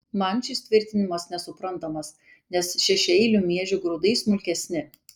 man šis tvirtinimas nesuprantamas nes šešiaeilių miežių grūdai smulkesni